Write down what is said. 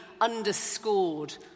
underscored